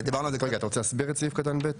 אתה רוצה להסביר את סעיף קטן (ב)?